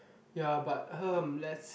ya but let's